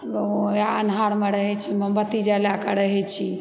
वएह अन्हारमे रहै छी मोमबत्ती जलाके रहैत छी